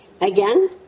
again